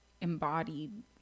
embodied